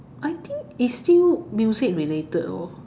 I think it's still music related lor